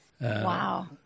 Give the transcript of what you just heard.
Wow